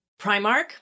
Primark